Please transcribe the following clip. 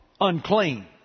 unclean